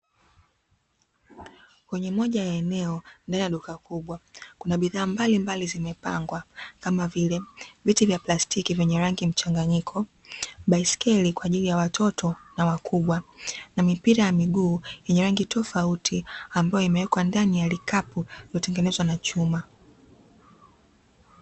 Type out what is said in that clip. Kwenye moja ya eneo ndani ya duka kubwa, kuna bidhaa mbali mbali zimepangwa kama vile; viti vya plastiki vyenye rangi mchanganyiko, baiskeli kwa ajili ya watoto na wakubwa na mipira ya miguu yenye rangi tofauti ambayo imewekwa ndani ya kikapu hutengenezwa na chuma.